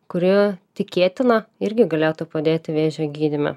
kuri tikėtina irgi galėtų padėti vėžio gydyme